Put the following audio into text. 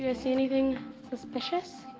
yeah see anything suspicious?